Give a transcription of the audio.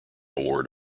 award